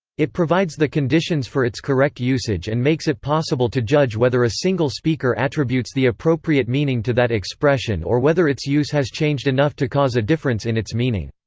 it provides the conditions for its correct usage and makes it possible to judge whether a single speaker attributes the appropriate meaning to that expression expression or whether its use has changed enough to cause a difference in its meaning.